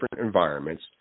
environments